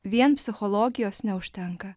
vien psichologijos neužtenka